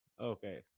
Okay